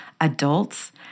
adults